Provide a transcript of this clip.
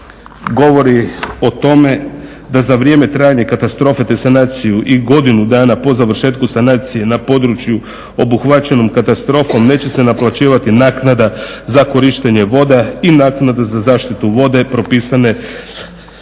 govori o tome da za vrijeme trajanja katastrofe, te sanaciju i godinu dana po završetku sanacije na području obuhvaćenom katastrofom neće se naplaćivati naknada za korištenje vode i naknada za zaštitu vode propisane